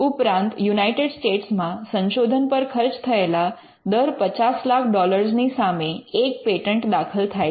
ઉપરાંત યુનાઇટેડ સ્ટેટ્સમાં સંશોધન પર ખર્ચ થયેલા દર 50 લાખ ડોલરની સામે એક પેટન્ટ દાખલ થાય છે